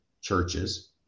churches